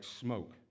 smoke